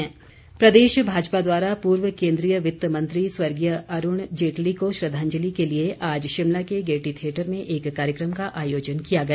श्रद्वाजंलि प्रदेश भाजपा द्वारा पूर्व केंद्रीय वित्त मंत्री स्व अरूण जेटली को श्रद्वाजंलि के लिए आज शिमला के गेयटी थियेटर में एक कार्यक्रम का आयोजन किया गया